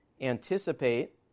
anticipate